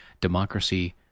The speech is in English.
Democracy